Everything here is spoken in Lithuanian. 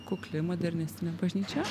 kukli modernistinė bažnyčia